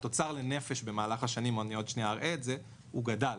התוצר לנפש במהלך השנים, עוד מעט אראה את זה, גדל.